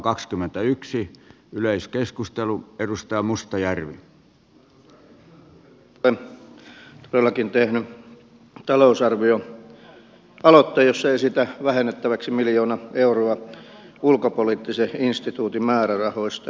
olen todellakin tehnyt talousarvioaloitteen jossa esitän vähennettäväksi miljoona euroa ulkopoliittisen instituutin määrärahoista